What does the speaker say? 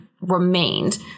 remained